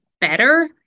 better